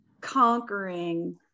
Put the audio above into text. conquering